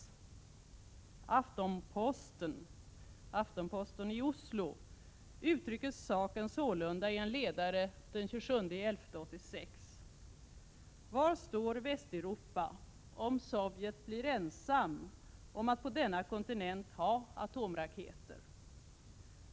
Aftenposten i Oslo uttrycker saken sålunda i en ledare den 27 november i år: Var står Västeuropa om Sovjet blir ensam om att på denna kontinent ha atomraketer?